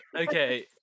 Okay